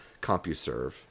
CompuServe